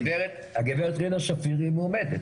הגברת רינה שפיר היא מועמדת.